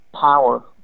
power